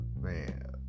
Man